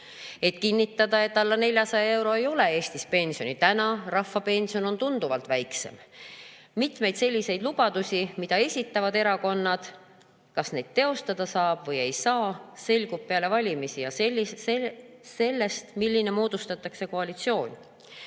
et kinnitada, et alla 400 euro ei ole Eestis pensioni. Täna on rahvapension tunduvalt väiksem. Kas mitmeid selliseid lubadusi, mida esitavad erakonnad, saab teostada või ei saa, selgub peale valimisi ja [oleneb] sellest, milline koalitsioon